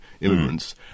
immigrants